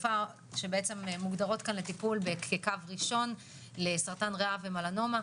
שמוגדרות לטיפול כקו ראשון לסרטן ריאה ומלנומה,